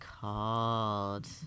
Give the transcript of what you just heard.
called